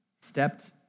stepped